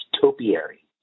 topiary